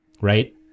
Right